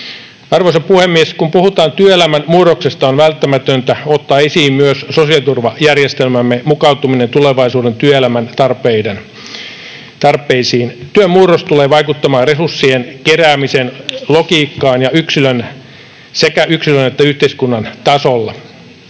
Arvoisa puhemies! Kun puhutaan työelämän murroksesta, on välttämätöntä ottaa esiin myös sosiaaliturvajärjestelmämme mukautuminen tulevaisuuden työelämän tarpeisiin. Työn murros tulee vaikuttamaan resurssien keräämisen logiikkaan sekä yksilön että yhteiskunnan tasolla.